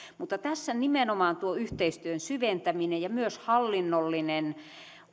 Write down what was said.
mutta tässä nimenomaan tuo yhteistyön syventäminen ja myös hallinnollinen